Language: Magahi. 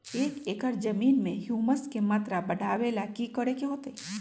एक एकड़ जमीन में ह्यूमस के मात्रा बढ़ावे ला की करे के होतई?